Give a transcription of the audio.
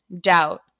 Doubt